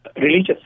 religious